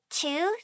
two